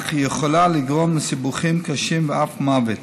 אך יכולה לגרום לסיבוכים קשים ואף למוות.